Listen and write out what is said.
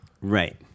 Right